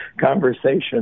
conversation